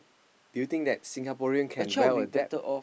do you think that Singaporean can well adapt